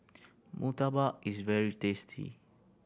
murtabak is very tasty